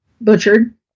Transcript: butchered